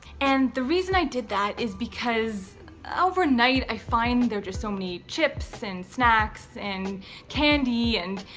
and the reason i did that is because overnight i find they're just so many chips and snacks and candy and.